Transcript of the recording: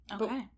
Okay